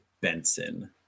Benson